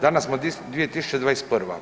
Danas smo 2021.